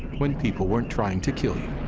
when people weren't trying to kill you.